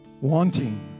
wanting